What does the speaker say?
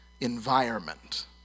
environment